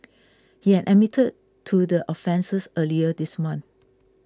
she had admitted to the offences earlier this month